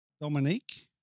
Dominique